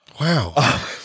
Wow